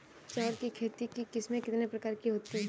चावल की खेती की किस्में कितने प्रकार की होती हैं?